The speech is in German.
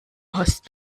hast